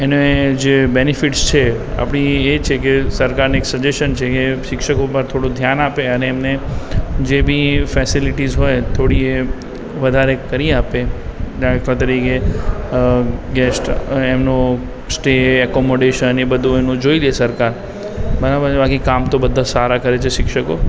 અને જે બેનિફિટ્સ છે આપણી એ છે કે સરકારને એક સજેશન છે કે શિક્ષકો ઉપર થોડું ધ્યાન આપે અને એમને જે બી ફૅસિલિટીઝ હોય થોડી એ વધારે કરી આપે દાખલા તરીકે જસ્ટ એમનું સ્ટે એકોમોડેશન એ બધું એમનું જોઈ લે સરકાર બરાબર છે બાકી કામ તો બધા સારા કરે છે શિક્ષકો